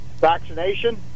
vaccination